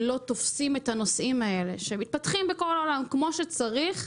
לא תופסים את הנושאים האלה שמתפתחים בכל העולם כמו שצריך,